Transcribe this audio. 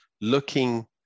looking